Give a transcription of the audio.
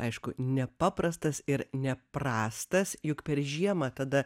aišku nepaprastas ir neprastas juk per žiemą tada